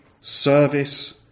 service